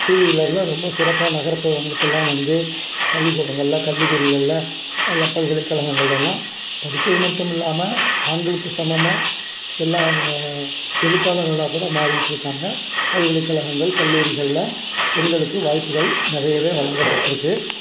two வீலரில் ரொம்ப சிறப்பாக நகரப்புறங்களுக்கெலாம் வந்து பள்ளிக்கூடங்களில் கல்லூரிகளில் எல்லா பல்கலைக்கழகங்களெல்லாம் படித்தது மட்டும் இல்லாமல் ஆண்களுக்கு சமமாக எல்லாம் எழுத்தாளர்களாகா கூட மாறிவிட்டு இருக்காங்க பல்கலைக்கழகங்கள் கல்லூரிகளில் பெண்களுக்கு வாய்ப்புகள் நிறையவே வழங்கப்பட்டுருக்கு